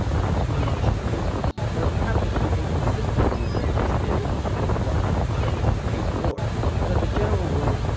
have too much to lose. there are perhaps a few inconsistencies with this theory, depending on what one considers a war but as a general rule,